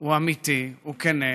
הוא אמיתי, הוא כן,